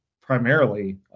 primarily